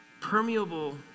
Permeable